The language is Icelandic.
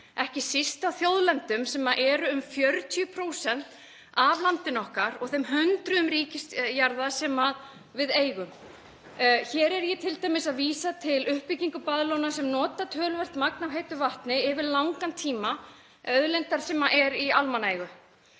ekki síst á þjóðlendum sem eru um 40% af landinu okkar og þeim hundruðum ríkisjarða sem við eigum? Hér er ég t.d. að vísa til uppbyggingar baðlóna sem nota töluvert magn af heitu vatni yfir langan tíma, auðlind sem er í almannaeigu.